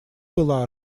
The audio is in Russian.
была